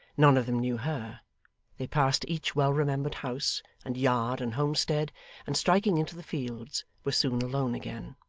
none of them knew her they passed each well-remembered house, and yard, and homestead and striking into the fields, were soon alone again.